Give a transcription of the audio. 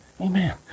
Amen